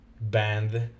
band